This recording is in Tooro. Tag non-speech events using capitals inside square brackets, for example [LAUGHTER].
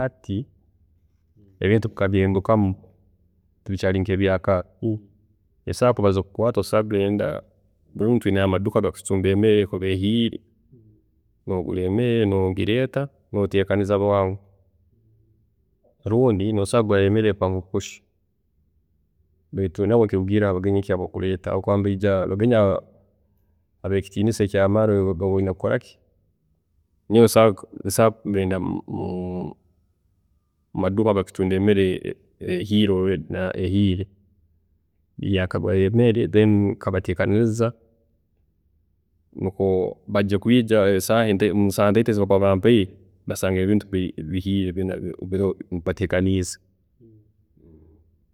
﻿Hati, ebintu bikahindukamu, tibikyaali nkebyakala. Esaaha kakuba zikukwaata osobola kugenda, kunuuna twineyo amaduuka agari kutunda emere erikuba ehiire, nogura emere nogireeta nootekaniza bwangu, lundi nosobola kugura emere ya back push beitu nabwe nikirugiirra habagenyi kki abu orikureeta habwokuba obu bakuba bari abagenyi abeekitiininisa ekyamaani noba oyine kukoraki, nyowe nsobola [HESITATION] kugenda mumaduuka agakutunda emere eyeehiire [HESITATION] already, nkagurayo emere then nkabateekaniriza nikwe bagende kwiija musaaha ezibampaire, basange ebintu bihiire [HESITATION] byoona biloho mbateekaniliriize.